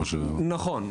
נכון.